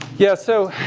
yeah, so.